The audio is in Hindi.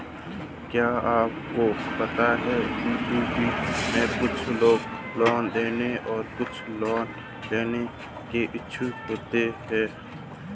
क्या आपको पता है पी.टू.पी में कुछ लोग लोन देने और कुछ लोग लोन लेने के इच्छुक होते हैं?